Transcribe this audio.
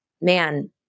man